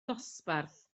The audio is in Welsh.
dosbarth